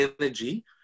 energy